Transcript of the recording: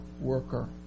worker